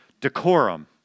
Decorum